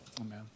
Amen